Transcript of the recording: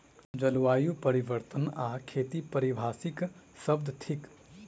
जलवायु परिवर्तन आ खेती पारिभाषिक शब्द थिक